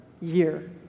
year